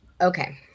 Okay